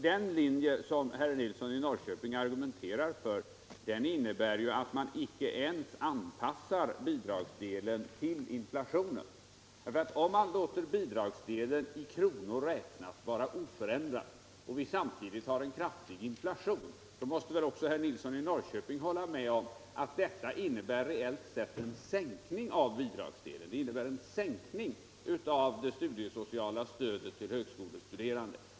Den linje som herr Nilsson i Norrköping argumenterar för innebär ju att man icke ens anpassar bidragsdelen till inflationen. Om man låter bidragsdelen i kronor räknat vara oförändrad samtidigt som vi har en kraftig inflation, så innebär detta reellt sett — det måste väl även herr Nilsson i Norrköping hålla med om — en sänkning av bidragsdelen, en sänkning av det studiesociala stödet till högskolestuderande.